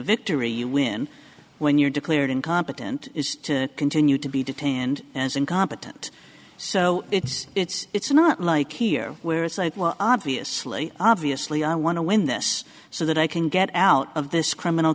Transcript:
victory you win when you're declared incompetent is to continue to be detained as incompetent so it's it's not like here where it's like well obviously obviously i want to win this so that i can get out of this criminal